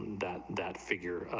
that that figure,